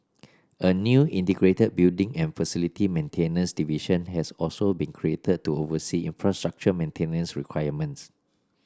a new integrated building and facility maintenance division has also be created to oversee infrastructure maintenance requirements